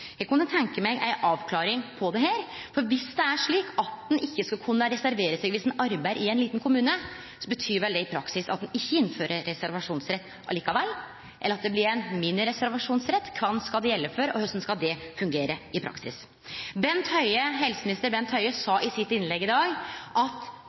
Eg kunne tenkje meg ei avklaring på dette, for viss det er slik at ein ikkje skal kunne reservere seg viss ein arbeider i ein liten kommune, så betyr vel det i praksis at ein ikkje innfører reservasjonsrett likevel, eller at det blir ein mini-reservasjonsrett. Kven skal det gjelde for og korleis skal det gjelde i praksis? Helseminister Bent Høie sa i sitt innlegg i dag at